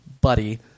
buddy